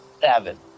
Seven